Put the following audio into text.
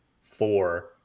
four